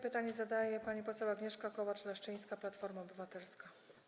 Pytanie zadaje pani poseł Agnieszka Kołacz-Leszczyńska, Platforma Obywatelska.